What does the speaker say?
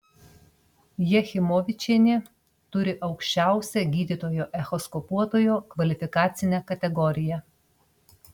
jachimovičienė turi aukščiausią gydytojo echoskopuotojo kvalifikacinę kategoriją